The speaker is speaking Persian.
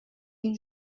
این